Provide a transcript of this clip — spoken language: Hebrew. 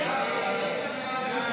סעיף 1,